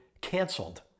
canceled